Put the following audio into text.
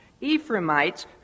Ephraimites